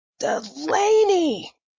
Delaney